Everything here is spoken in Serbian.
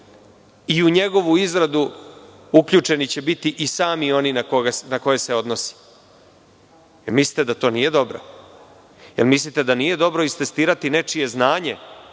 i u njegovu izradu uključeni će biti i sami oni na koje se odnosi. Mislite da to nije dobro? Da li mislite da nije dobro istestirati nečije znanje